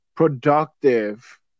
productive